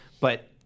but-